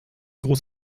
gruß